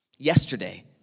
Yesterday